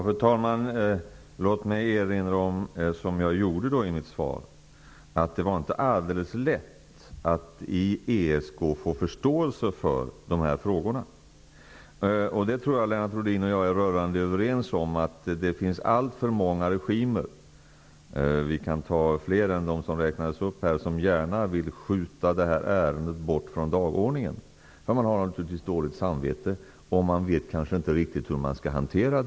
Fru talman! Låt mig, som jag gjorde i mitt svar, erinra om att det inte var alldeles lätt att i ESK få förståelse för dessa frågor. Jag tror att Lennart Rohdin och jag är rörande överens om att det finns alltför många regimer -- fler än dem som räknades upp -- som gärna vill skjuta detta ärende bort från dagordningen. Man har naturligtvis dåligt samvete, och man vet kanske inte riktigt hur det skall hanteras.